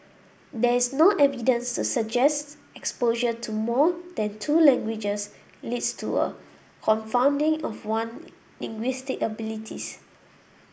there is no evidence to suggest exposure to more than two languages leads to a confounding of one linguistic abilities